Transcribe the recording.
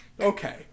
Okay